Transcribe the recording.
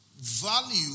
value